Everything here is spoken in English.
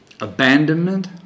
Abandonment